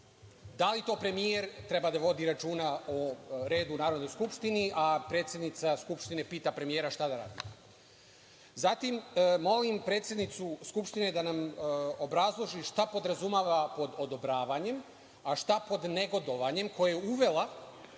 Da li to premijer treba da vodi računa o redu u Narodnoj skupštini, a predsednica Skupštine pita premijera šta da radi? Zatim, molim predsednicu Skupštine da nam obrazloži šta podrazumeva pod odobravanje, a šta pod negodovanjem koje je uvela